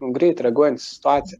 greit reaguojantys į situaciją